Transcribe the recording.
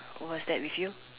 was that with you